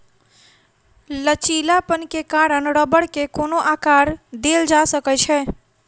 लचीलापन के कारण रबड़ के कोनो आकर देल जा सकै छै